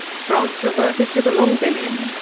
france reverted to the long billion